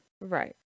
Right